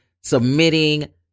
submitting